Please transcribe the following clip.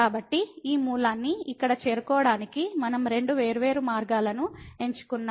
కాబట్టి ఈ మూలాన్ని ఇక్కడ చేరుకోవడానికి మనం రెండు వేర్వేరు మార్గాలను ఎంచుకున్నాము